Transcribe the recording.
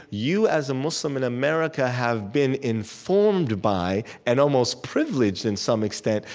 you as a muslim in america have been informed by and almost privileged, in some extent,